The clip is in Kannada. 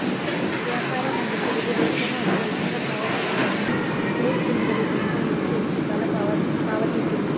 ವ್ಯಾಪಾರ ಮಾಲೀಕರಿಗೆ ವೇತನ ಅಥವಾ ಇತ್ರ ಪಾವತಿಗಳನ್ನ ಮೂರು ತಿಂಗಳಿಗಿಂತ ಹೆಚ್ಚು ಹೆಚ್ಚುಕಾಲ ಪಾವತಿಸಲ್ಲ